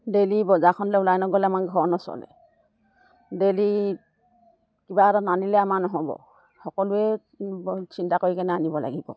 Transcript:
daily বজাৰখনলে ওলাই নগ'লে আমাৰ ঘৰ নচলে ডেইলি কিবা এটা নানিলে আমাৰ নহ'ব সকলোৱে চিন্তা কৰি কেনে আনিব লাগিব